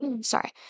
sorry